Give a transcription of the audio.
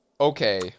okay